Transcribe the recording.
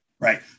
Right